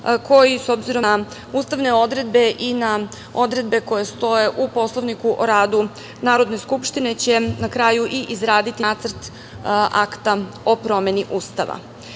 koji s obzirom na ustavne odredbe i na odredbe koje stoje u Poslovniku o radu Narodne skupštine će na kraju i izraditi Nacrt akta o promeni Ustava. Posle